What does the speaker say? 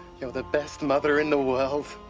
you're the best mother in the world,